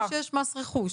כמו שיש מס רכוש.